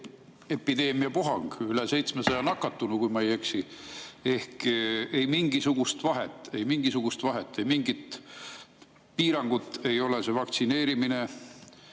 epideemiapuhang, üle 700 nakatunu, kui ma ei eksi. Ehk ei mingisugust vahet. Ei mingisugust vahet, mingit [efekti] ei ole see vaktsineerimine